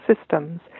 systems